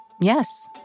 yes